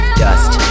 dust